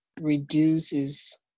reduces